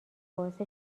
باعث